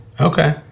Okay